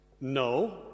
No